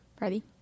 Ready